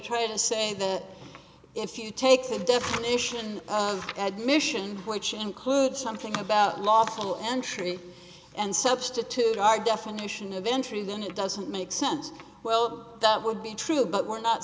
tried to say that if you take the definition of admission which includes something about lawful entry and substitute our definition of entry then it doesn't make sense well that would be true but we're not